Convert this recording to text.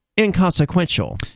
inconsequential